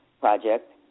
project